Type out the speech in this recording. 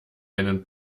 einen